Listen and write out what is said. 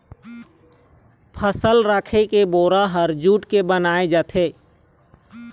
फसल राखे के बोरा ह जूट के बनाए जाथे